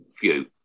view